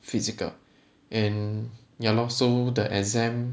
physical and ya lor so the exam